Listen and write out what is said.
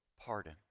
pardon